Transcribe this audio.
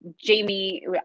Jamie